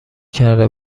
کرده